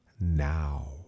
now